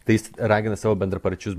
tai jis ragina savo bendrapartiečius